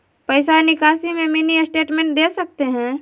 पैसा निकासी में मिनी स्टेटमेंट दे सकते हैं?